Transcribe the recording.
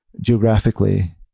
geographically